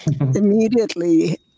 immediately